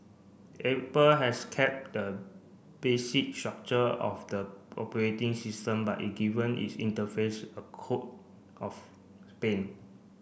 Apple has kept the basic structure of the operating system but it given its interface a coat of paint